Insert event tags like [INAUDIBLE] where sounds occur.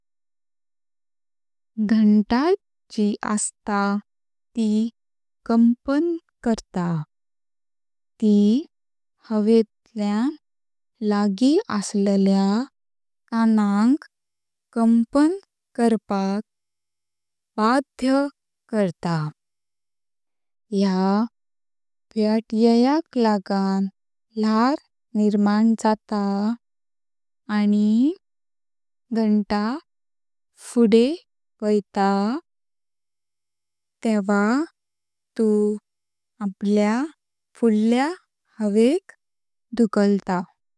घंटा जी आस्त त कांपन करता। त हवेंतल्यां [HESITATION] लागी आसल्यां कानांक कांपन करपाक बाध्य करता। ह्या व्यत्ययाक लागत ल्हार निर्माण जाता आनी घंटा फुडे वैता। तेवा ती आपल्या फुडल्या हवे क धुकालता।